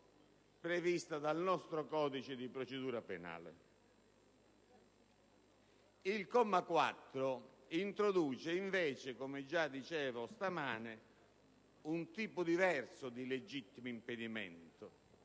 prevista dal nostro codice di procedura penale. Tuttavia, il comma 4 introduce, come già ho detto stamane, un tipo diverso di legittimo impedimento: